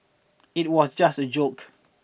it was just a joke